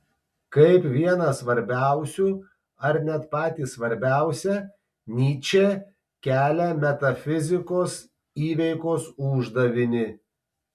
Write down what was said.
kaip vieną svarbiausių ar net patį svarbiausią nyčė kelia metafizikos įveikos uždavinį